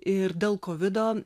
ir dėl kovido